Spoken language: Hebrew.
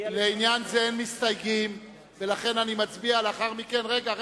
לעניין זה אין מסתייגים, וככל שאני מבין הוא